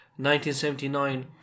1979